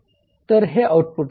तर हे आउटपुट आहे